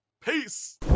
peace